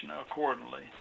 accordingly